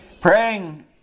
Praying